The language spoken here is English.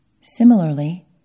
Similarly